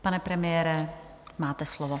Pane premiére, máte slovo.